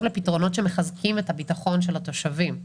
לפתרונות שמחזקים את הביטחון של התושבים,